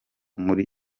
muri